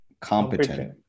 competent